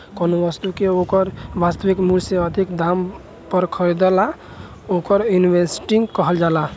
कौनो बस्तु के ओकर वास्तविक मूल से अधिक दाम पर खरीदला ओवर इन्वेस्टिंग कहल जाला